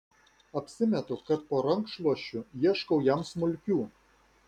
apsimetu kad po rankšluosčiu ieškau jam smulkių